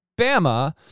Bama